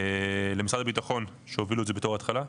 למשרד הביטחון שהובילו את זה בתור התחלה,